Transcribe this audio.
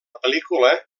pel·lícula